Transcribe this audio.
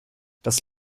das